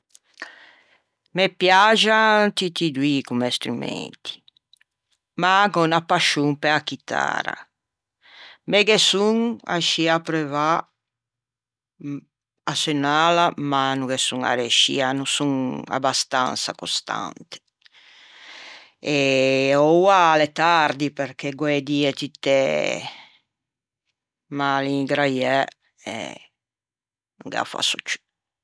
Me piaxan tutti doî comme strumenti ma gh'ò unna pascion pe-a chitara. Me ghe son ascì appreuvâ à seunnâla ma no ghe son arreiscia, no son abastansa costante e oua l'é tardi perché gh'ò e die tutte mäingraiæ, no gh'â fasso ciù.